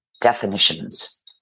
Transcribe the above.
definitions